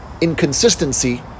inconsistency